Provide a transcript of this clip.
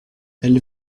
elle